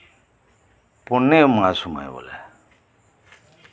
ᱱᱚᱣᱟ ᱯᱩᱨᱱᱤᱢᱟ ᱥᱚᱢᱚᱭ ᱵᱚᱞᱮ